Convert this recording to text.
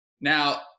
Now